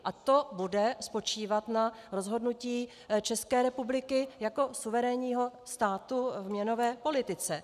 A to bude spočívat na rozhodnutí České republiky jako suverénního státu v měnové politice.